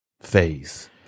phase